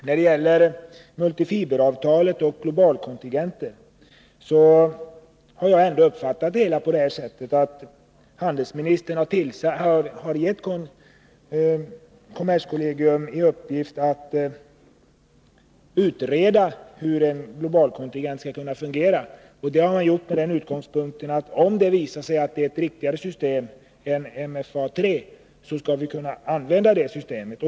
När det gäller multifiberavtalet och globalkontingenter har jag uppfattat det hela så, att handelsministern har givit kommerskollegium i uppgift att utreda hur ett globalkontingentsystem skall kunna fungera. Det har han gjort från den utgångspunkten att vi, om det visar sig att det är ett riktigare system än MFA III, skall kunna använda det systemet.